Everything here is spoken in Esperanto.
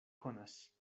konas